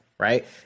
right